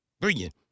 Brilliant